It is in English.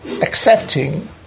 accepting